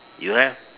you have